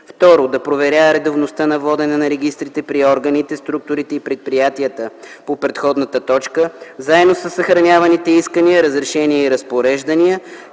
и ; 2. да проверява редовността на водене на регистрите при органите, структурите и предприятията по предходната точка, заедно със съхраняваните искания, разрешения и разпореждания,